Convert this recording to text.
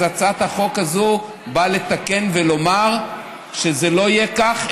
אז הצעת החוק הזו באה לתקן ולומר שזה לא יהיה כך,